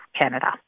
Canada